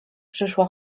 przyszła